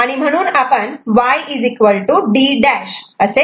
आणि म्हणून Y D'